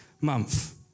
month